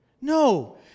No